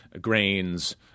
grains